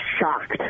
shocked